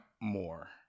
more